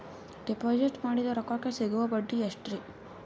Deposit ಮಾಡಿದ ರೊಕ್ಕಕೆ ಸಿಗುವ ಬಡ್ಡಿ ಎಷ್ಟ್ರೀ?